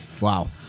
Wow